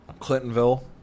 Clintonville